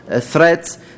threats